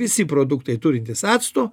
visi produktai turintys acto